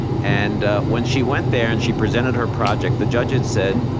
and when she went there and she presented her project the judges said,